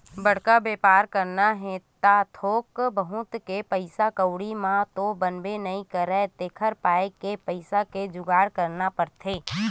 बड़का बेपार करना हे त थोक बहुत के पइसा कउड़ी म तो बनबे नइ करय तेखर पाय के पइसा के जुगाड़ करना पड़थे